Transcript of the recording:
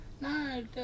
No